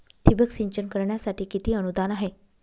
ठिबक सिंचन करण्यासाठी किती अनुदान आहे?